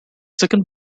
second